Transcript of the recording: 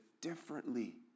differently